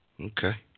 okay